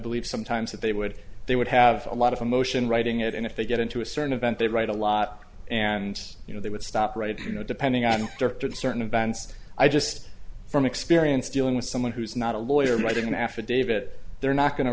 believe sometimes that they would they would have a lot of emotion writing it and if they get into a certain event they write a lot and you know they would stop right here you know depending on certain certain events i just from experience dealing with someone who's not a lawyer writing an affidavit they're not going to